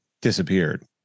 disappeared